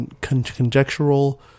conjectural